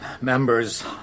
Members